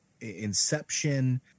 Inception